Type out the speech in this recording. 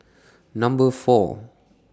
Number four